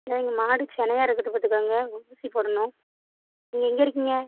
எங்கள் மாடு சினையா இருக்குது பார்த்துக்கோங்க ஊசி போடணும் நீங்கள் எங்கே இருக்கீங்க